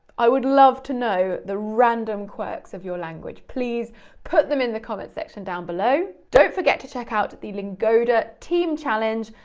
i would love to know the random quirks of your language. please put them in the comments section down below. don't forget to check out the lingoda team challenge,